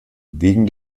wegen